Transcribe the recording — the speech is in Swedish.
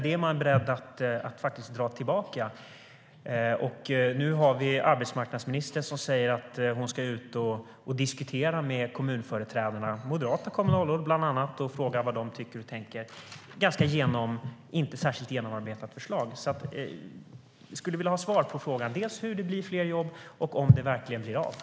Nu säger arbetsmarknadsministern att hon ska åka ut och diskutera med kommunföreträdare, bland annat moderata kommunalråd, och fråga vad de tycker och tänker om ett inte särskilt genomarbetat förslag.